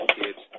kids